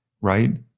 right